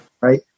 Right